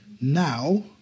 now